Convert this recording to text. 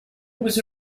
was